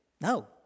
No